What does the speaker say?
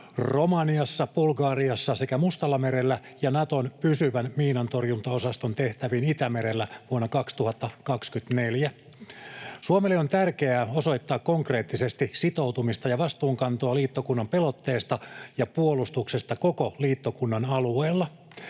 Romaniassa, Bulgariassa sekä Mustallamerellä ja Naton pysyvän miinantorjuntaosaston tehtäviin Itämerellä vuonna 2024. Suomelle on tärkeää osoittaa konkreettisesti sitoutumista ja vastuunkantoa liittokunnan pelotteesta ja puolustuksesta koko liittokunnan alueella.